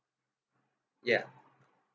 yeah